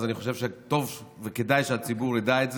אני חושב שטוב וכדאי שהציבור ידע את זה.